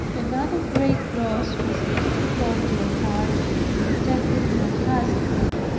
another great cross was the difficulty i had in attending my husband.